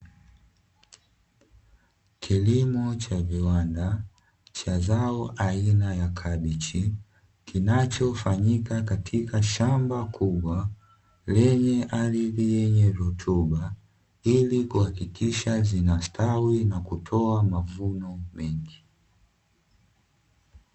Kilimo cha viwanda cha zao aina ya kabichi, kinachofanyika katika shamba kubwa lenye ardhi yenye rutuba, ili kuhakikisha zinastawi na kutoa mavuno mengi.